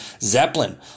Zeppelin